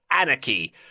anarchy